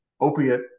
opiate